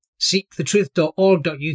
seekthetruth.org.uk